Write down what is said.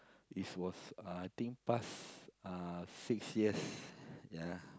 this was uh I think past uh six years ya